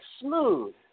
smooth